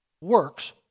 works